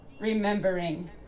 remembering